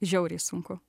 žiauriai sunku